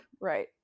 right